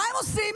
מה הם עושים?